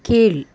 கீழ்